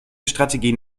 strategien